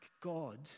God